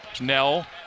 Nell